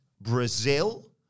Brazil